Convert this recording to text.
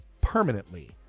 permanently